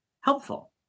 helpful